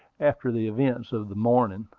after the events of the morning,